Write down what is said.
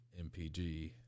MPG